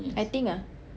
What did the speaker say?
I think ah